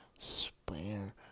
spare